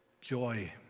joy